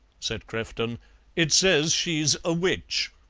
said crefton it says she's a witch.